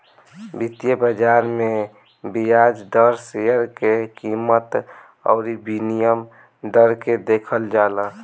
वित्तीय बाजार में बियाज दर, शेयर के कीमत अउरी विनिमय दर के देखल जाला